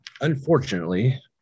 unfortunately